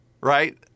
right